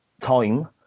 time